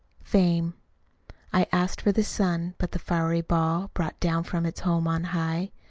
fame i asked for the sun but the fiery ball, brought down from its home on high,